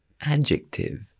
Adjective